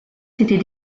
s’était